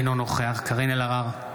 אינו נוכח קארין אלהרר,